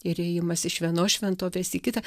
ir ėjimas iš vienos šventovės į kitą